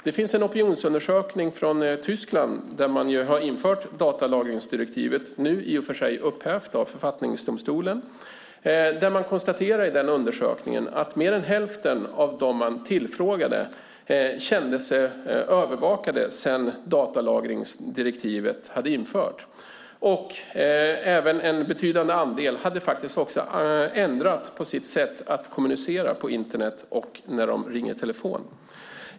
Det finns en opinionsundersökning från Tyskland, där man har infört datalagringsdirektivet - det är i och för sig nu upphävt av författningsdomstolen. I undersökningen konstateras att mer än hälften av dem man tillfrågade kände sig övervakade sedan datalagringsdirektivet hade införts. En betydande andel hade även ändrat på sitt sätt att kommunicera på Internet och när de ringer i telefon.